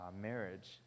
marriage